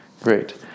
great